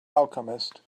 alchemist